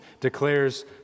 declares